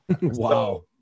Wow